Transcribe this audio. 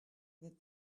that